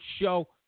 show